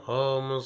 om